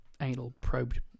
anal-probed